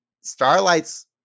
Starlight's